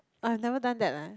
I've never done that leh